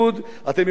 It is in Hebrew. מגילות ים-המלח,